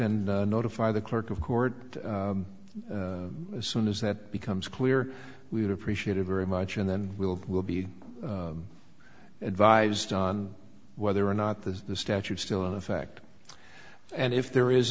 and notify the clerk of court as soon as that becomes clear we would appreciate it very much and then we'll will be advised on whether or not this is the statute still in effect and if there is